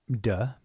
duh